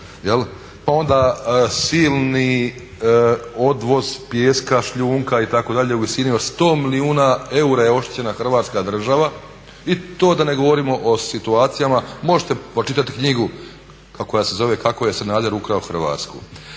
Pa onda silni odvoz pijeska, šljunka itd. u visini od 100 milijuna eura je oštećena Hrvatska država i to da ne govorimo o situacijama, možete pročitati knjigu koja se zove "Kako je Sanader ukrao Hrvatsku"